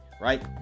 right